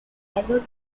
rival